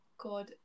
God